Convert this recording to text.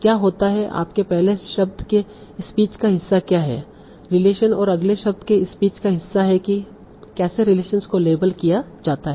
क्या होता है आपके पहले शब्द के स्पीच का हिस्सा क्या है रिलेशन और अगले शब्द के स्पीच का हिस्सा है कि कैसे रिलेशनस को लेबल किया जाता है